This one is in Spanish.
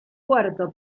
puerto